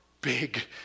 big